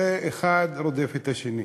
האחד רודף את השני.